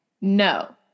No